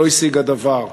לא השיגה דבר.